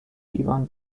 ivan